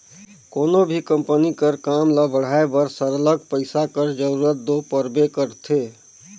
कोनो भी कंपनी कर काम ल बढ़ाए बर सरलग पइसा कर जरूरत दो परबे करथे